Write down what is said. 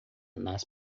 nas